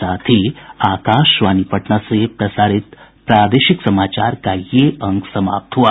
इसके साथ ही आकाशवाणी पटना से प्रसारित प्रादेशिक समाचार का ये अंक समाप्त हुआ